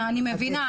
אני מבינה,